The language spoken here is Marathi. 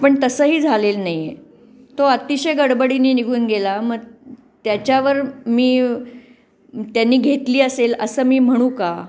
पण तसंही झालेलं नाही आहे तो अतिशय गडबडीने निघून गेला मग त्याच्यावर मी त्यांनी घेतली असेल असं मी म्हणू का